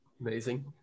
Amazing